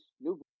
new